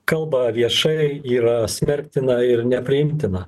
kalba viešai yra smerktina ir nepriimtina